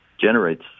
generates